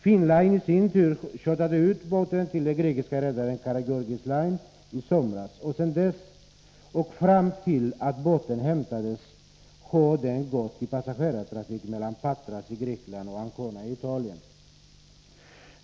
Finn Line i sin tur hyrde ut båten till den grekiske redaren Karageorgis Line i somras. Sedan dess och fram till det båten hämtades har den gått i passagerartrafik mellan Patras i Grekland och Ancona i Italien.